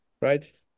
right